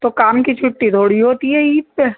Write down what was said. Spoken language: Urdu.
تو کام کی چھٹی تھوڑی ہوتی ہے عید پہ